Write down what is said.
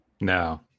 No